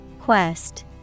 Quest